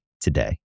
today